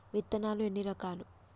విత్తనాలు ఎన్ని రకాలు?